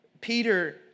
Peter